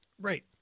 Right